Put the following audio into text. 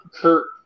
Kurt